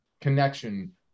connection